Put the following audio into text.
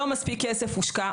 לא מספיק כסף הושקע.